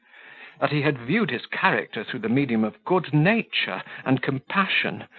that he had viewed his character through the medium of good-nature and compassion,